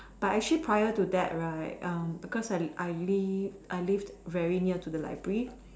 but actually prior to that right um because I I live I lived very near to the library